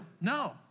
No